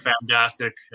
fantastic